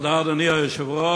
תודה, אדוני היושב-ראש,